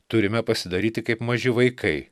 turime pasidaryti kaip maži vaikai